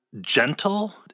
gentle